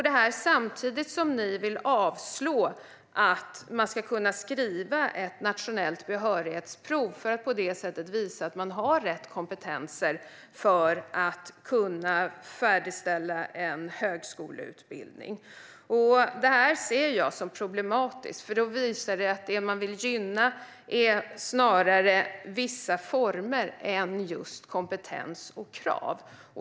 Detta sker samtidigt som ni vill avslå förslaget om att man ska kunna skriva ett nationellt behörighetsprov för att på det sättet visa att man har rätt kompetenser för att kunna slutföra en högskoleutbildning. Jag ser detta som problematiskt, för det visar att man snarare vill gynna vissa former än just kompetens och krav.